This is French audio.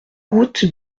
route